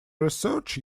research